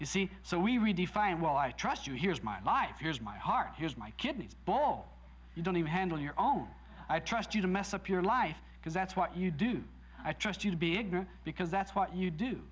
you see so we redefine well i trust you here's my life here's my heart here's my kidneys blow you don't even handle your own i trust you to mess up your life because that's what you do i trust you to be ignorant because that's what you do